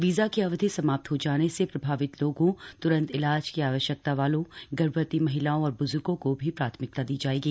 visa की अवधि समाप्त हो जाने से प्रभावित लोगों त्रंत इलाज की आवश्यकता वालों गर्भवती महिलाओं और ब्जूर्गों को भी प्राथमिकता दी जायेगी